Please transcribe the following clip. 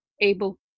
able